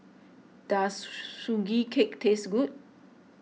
does Sugee Cake taste good